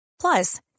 Plus